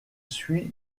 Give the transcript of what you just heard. suit